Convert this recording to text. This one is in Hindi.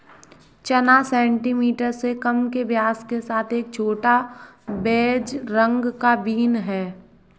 चना सेंटीमीटर से कम के व्यास के साथ एक छोटा, बेज रंग का बीन है